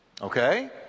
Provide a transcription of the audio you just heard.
Okay